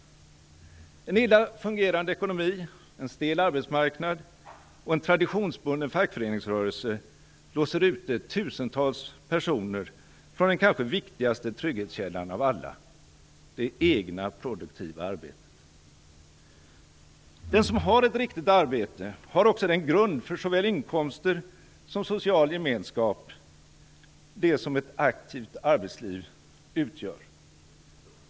En illa fungerande ekonomi, en stel arbetsmarknad och en traditionsbunden fackföreningsrörelse låser ute tusentals personer från den kanske viktigaste trygghetskällan av alla: det egna produktiva arbetet. Den som har ett riktigt arbete har också den grund för såväl inkomster som social gemenskap som ett aktivt arbetsliv utgör.